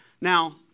Now